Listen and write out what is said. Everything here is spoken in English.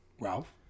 Ralph